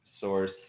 source